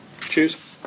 Cheers